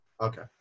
Okay